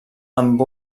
amb